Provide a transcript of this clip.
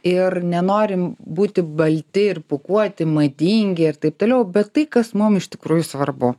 ir nenorim būti balti ir pūkuoti madingi ir taip toliau bet tai kas mum iš tikrųjų svarbu